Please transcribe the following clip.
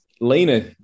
Lena